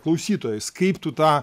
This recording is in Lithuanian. klausytojais kaip tu tą